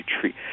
treat